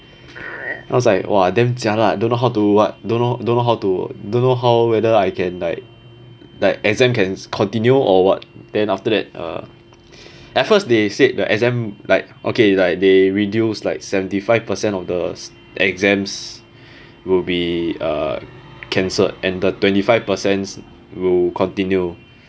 I was like !wah! damn jialat don't know how to what don't know don't know how to don't know how whether I can like like exam can continue or what then after that uh at first they said the exam like okay like they reduce like seventy five percent of the exams will be uh cancelled and the twenty five percents will continue